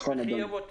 נכון, אדוני.